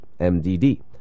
MDD